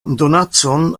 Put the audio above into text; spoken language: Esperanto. donacon